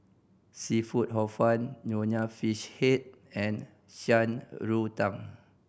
seafood Hor Fun Nonya Fish Head and Shan Rui Tang